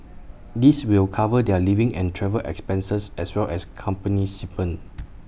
this will cover their living and travel expenses as well as company stipend